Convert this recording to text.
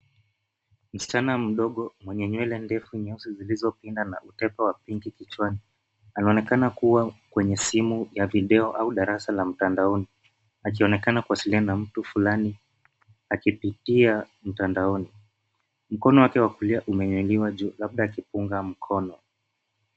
Msichana mdogo mwenye nywele ndefu nyeusi zilizo pinda na utepo wa pinki kichwani. Anaonekana kuwa kwenye simu ya video au darasa la mtandaoni. Akionekana kuwasiliana na mtu fulani. Akipitia mtandaoni. Mkono wake wa kulia umenyanyuliwa juu, labda akipunga mkono.